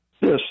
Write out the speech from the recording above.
Yes